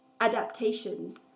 adaptations